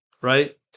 right